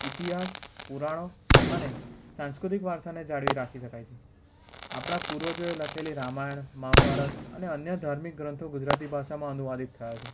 ઇતિહાસ પુરાણ અને સાંસ્કૃતિક વારસાને જાળવી રાખી શકાય છે આપણા પૂર્વજોએ લખેલી રામાયણ મહાભારત અને અન્ય ધાર્મિક ગ્રંથો ગુજરાતી ભાષામાં અનુવાદિત થયા છે